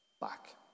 back